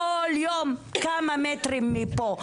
כל יום כמה מטרים מפה,